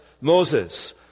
Moses